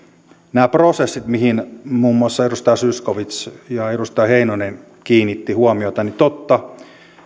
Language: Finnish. näissä prosesseissa joihin muun muassa edustaja zyskowicz ja edustaja heinonen kiinnittivät huomiota totta